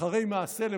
אחרי מעשה,